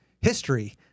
history